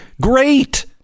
great